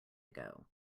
ago